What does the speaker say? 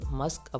musk